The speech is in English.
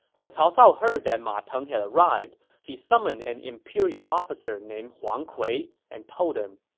when cao cao heard that ma teng had arrived, he summoned an imperial officer named huang kui and told him,